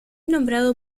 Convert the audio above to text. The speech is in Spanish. nombrado